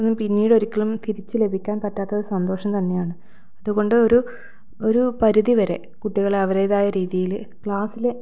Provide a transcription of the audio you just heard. അതൊന്നും പിന്നീട് ഒരിക്കലും തിരിച്ചു ലഭിക്കാൻ പറ്റാത്ത സന്തോഷം തന്നെയാണ് അതുകൊണ്ട് ഒരു ഒരു പരിധി വരെ കുട്ടികളെ അവരുടെതായ രീതിയിൽ ക്ലാസിലെ